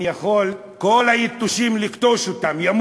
אני יכול לכתוש את כל היתושים, ימותו,